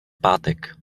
pátek